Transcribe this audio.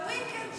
ב-weekend שלה.